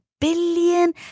billion